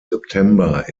september